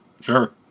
Sure